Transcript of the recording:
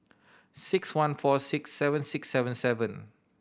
six one four six seven six seven seven